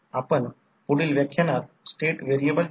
तर I2 40 ampere आहे आणि ते 0